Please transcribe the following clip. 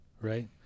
right